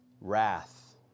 wrath